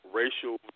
racial